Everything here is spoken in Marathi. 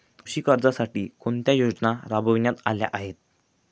कृषी कर्जासाठी कोणत्या योजना राबविण्यात आल्या आहेत?